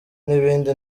n’ibindi